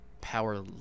power